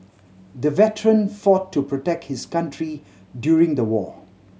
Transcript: the veteran fought to protect his country during the war